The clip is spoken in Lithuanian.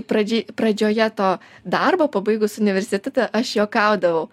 pradžiai pradžioje to darbo pabaigus universitetą aš juokaudavau